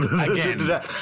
again